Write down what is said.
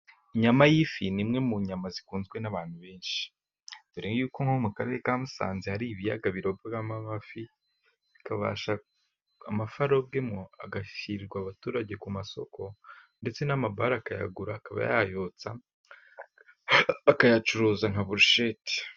Inyama y'ifi ni imwe mu nyama zikunzwe n'abantu benshi, dore yuko nko mu karere ka Musanze hari ibiyaga birobwamo amafi, bikaba amafi arobwemo ashyirwa abaturage ku masoko, ndetse n'amabare akayagura akaba yayotsa bakayacuruza nka burusheti.